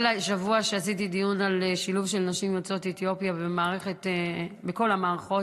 השבוע עשיתי דיון על שילוב של נשים יוצאות אתיופיה בכל המערכות,